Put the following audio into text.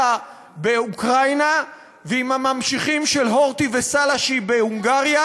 באוקראינה עם הממשיכים של הורטי וסלשי בהונגריה,